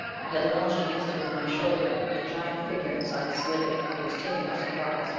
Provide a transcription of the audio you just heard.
i had lunged against it with my shoulder the giant figure inside slid it. it was taken by surprise!